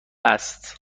است